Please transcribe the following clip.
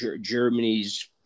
Germany's